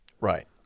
right